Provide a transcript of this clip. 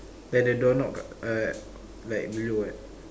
then the door knob ah uh like blue ah